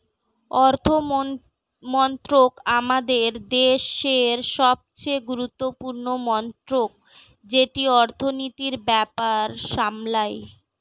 অর্থমন্ত্রক আমাদের দেশের সবচেয়ে গুরুত্বপূর্ণ মন্ত্রক যেটি অর্থনীতির ব্যাপার সামলায়